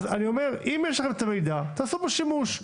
אם יש לכם את המידע, תעשו בו שימוש.